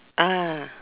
ah